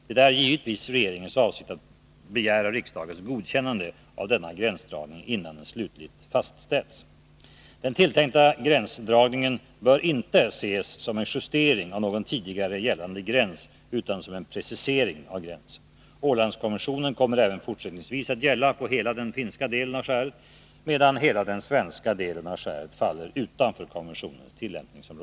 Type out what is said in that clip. Det senaste exemplet härpå är avsättandet av lokalradiochefen i Göteborg. Avser utbildningsministern att föreslå förändringar i avtalet mellan bolagen och staten, i SR:s organisation och i sammansättningen av dess styrelser?